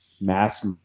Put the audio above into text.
mass